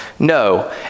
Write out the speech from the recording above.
No